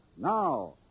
now